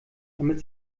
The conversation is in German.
damit